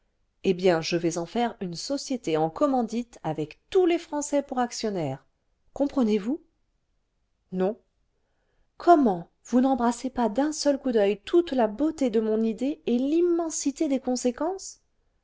eh bien je vais en faire une société en commandite avec tous les français pour actionnaires comprenez-vous non le vingtième siècle comment vous n'embrassez pas d'un seul coup d'oeil toute la beauté de mon idée et l'immensité des conséquences